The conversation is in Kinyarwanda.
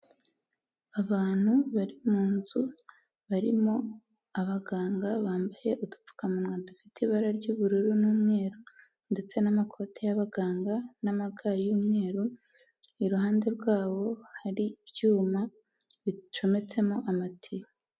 Abantu bari mu nzu, barimo abaganga bambaye udupfukamunwa dufite ibara ry'ubururu n'umweru ndetse n'amakoti y'abaganga n'amaga y'umweru, iruhande rwabo hari ibyuma bicometsemo amatiyo.